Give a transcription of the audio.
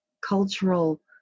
cultural